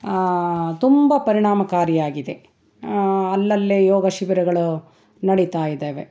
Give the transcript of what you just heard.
ತುಂಬ ಪರಿಣಾಮಕಾರಿಯಾಗಿದೆ ಅಲ್ಲಲ್ಲಿ ಯೋಗ ಶಿಬಿರಗಳು ನಡೀತಾ ಇದ್ದಾವೆ